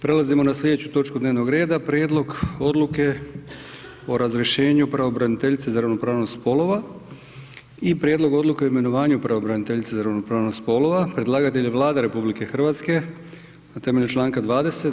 Prelazimo na sljedeću točku dnevno rada: - a) Prijedlog odluke o razrješenju pravobraniteljice za ravnopravnost spolova b) Prijedlog odluke o imenovanju pravobraniteljice za ravnopravnost spolova Predlagatelj je Vlada RH na temelju članka 20.